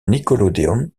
nickelodeon